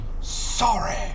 Sorry